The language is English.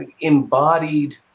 embodied